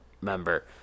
member